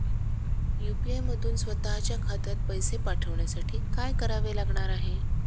UPI मधून स्वत च्या खात्यात पैसे पाठवण्यासाठी काय करावे लागणार आहे?